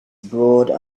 broad